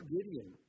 Gideon